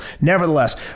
Nevertheless